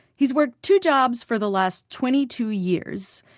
he's worked two jobs for the last twenty two years.